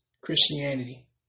Christianity